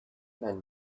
men